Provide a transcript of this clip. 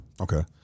Okay